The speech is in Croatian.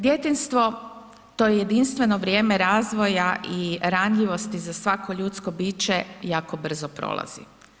Djetinjstvo, to jedinstveno vrijeme razvoja i ranjivosti za svako ljudsko biće jako brzo prolazi.